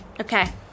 Okay